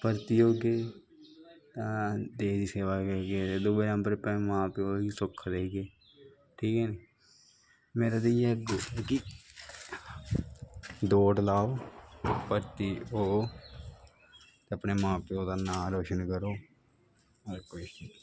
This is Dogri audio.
भर्थी होंगे तां देश दी सेवा करगे दुए नंबर पर मां प्यो गी सुख देगे ठीक ऐ नी मेरा ते इयै ऐ कि दौड़ लाओ भर्थी हो अपने मां प्यो दा नांऽ रोशन करो होर कुश नी